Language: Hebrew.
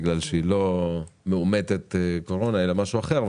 בגלל שהיא לא מאומתת קורונה אלא משהו אחר.